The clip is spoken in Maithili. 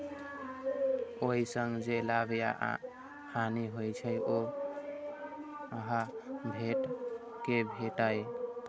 ओइ सं जे लाभ या हानि होइ छै, ओ अहां कें भेटैए